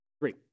Three